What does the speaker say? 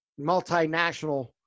multinational